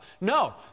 No